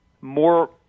more